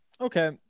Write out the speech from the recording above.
Okay